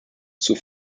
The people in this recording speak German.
zur